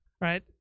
right